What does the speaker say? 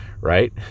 right